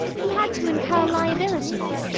he had to incur liabilities.